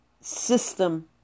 system